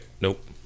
Nope